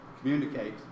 communicate